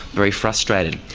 very frustrated.